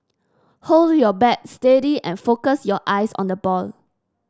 hold your bat steady and focus your eyes on the ball